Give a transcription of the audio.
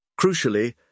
Crucially